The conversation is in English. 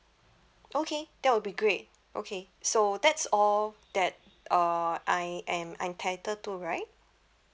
okay that will be great okay so that's all that uh I am entitled to right